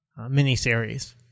miniseries